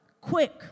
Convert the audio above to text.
Quick